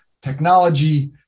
technology